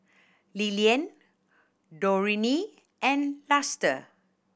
Lillian Dorene and Luster